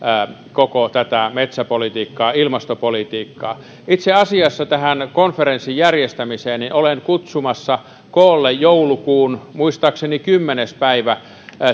koko tätä metsäpolitiikkaa ilmastopolitiikkaa tähän konferenssin järjestämiseen itse asiassa olen kutsumassa koolle joulukuussa muistaakseni kymmenes päivä